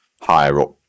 higher-up